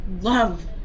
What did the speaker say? love